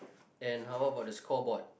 and how about the scoreboard